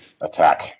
attack